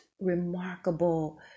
remarkable